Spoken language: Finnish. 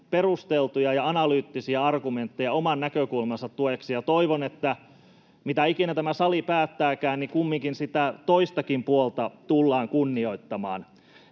perusteltuja ja analyyttisia argumentteja oman näkökulmansa tueksi, ja toivon, että mitä ikinä tämä sali päättääkään, kumminkin sitä toistakin puolta tullaan kunnioittamaan.